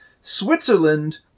Switzerland